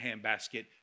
handbasket